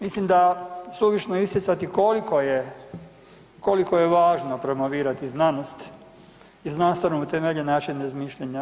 Mislim da suvišno isticati koliko je, koliko je važno promovirati znanost i znanstveno utemeljen način razmišljanja.